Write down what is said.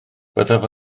byddaf